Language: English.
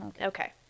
okay